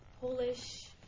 Polish